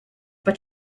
but